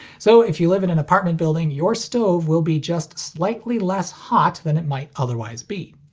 so, if you live in an apartment building, your stove will be just slightly less hot than it might otherwise be.